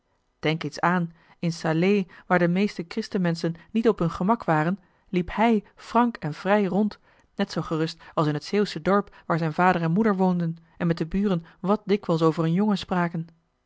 denk eens aan in salé waar de meeste christenmenschen niet op hun gemak waren liep hij frank en vrij rond net zoo gerust als in het zeeuwsche dorp waar zijn vader en moeder woonden en met de buren wat dikwijls over hun jongen spraken